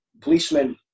policemen